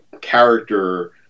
character